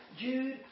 Jude